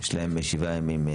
יש להם שבעה ימים,